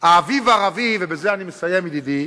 האביב הערבי, ובזה אני מסיים, ידידי,